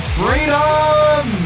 freedom